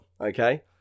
okay